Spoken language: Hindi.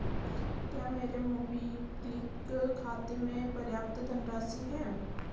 क्या मेरे मोबीक्विक खाते में पर्याप्त धनराशि है